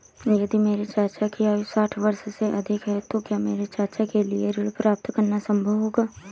यदि मेरे चाचा की आयु साठ वर्ष से अधिक है तो क्या मेरे चाचा के लिए ऋण प्राप्त करना संभव होगा?